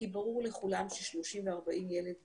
כי ברור לכולם ש-30 ו-40 ילד בכיתה,